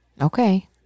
okay